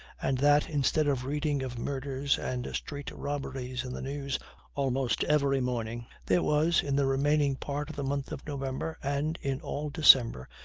and that, instead of reading of murders and street-robberies in the news almost every morning, there was, in the remaining part of the month of november, and in all december,